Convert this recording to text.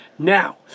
Now